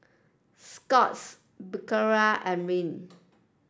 Scott's Berocca and Rene